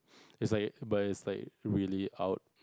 it's like but it's like really out